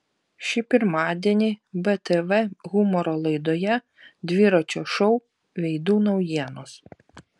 šį pirmadienį btv humoro laidoje dviračio šou veidų naujienos